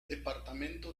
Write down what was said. departamento